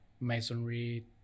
masonry